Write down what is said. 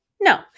No